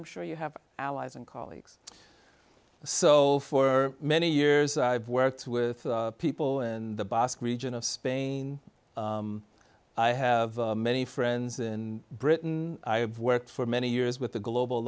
i'm sure you have allies and colleagues so for many years i've worked with people in the basque region of spain i have many friends in britain i've worked for many years with the global